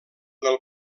del